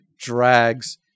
drags